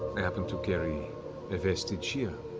i happen to carry vestige here,